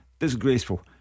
Disgraceful